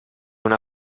una